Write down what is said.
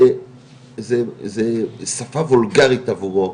זה שפה וולגרית עבורו,